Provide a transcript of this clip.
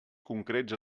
concrets